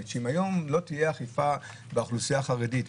שאם היום לא תהיה אכיפה באוכלוסייה החרדית,